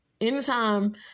anytime